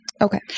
Okay